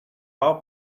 our